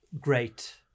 great